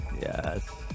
Yes